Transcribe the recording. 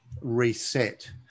reset